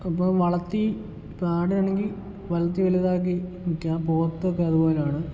ഇപ്പോൾ വളർത്തി ഇപ്പം ആട് ആണെങ്കിൽ വളർത്തി വലുതാക്കി വിൽക്കാം പോത്ത് ഒക്കെ അതുപോലെയാണ്